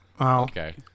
okay